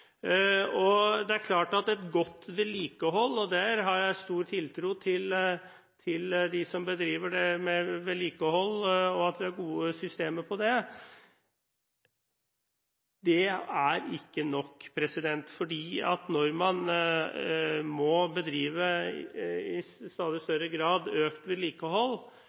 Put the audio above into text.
får. Det er klart at godt vedlikehold – og der har jeg stor tiltro til dem som bedriver vedlikehold, og at vi har gode systemer på det – ikke er nok. Når man i stadig større grad må bedrive økt vedlikehold,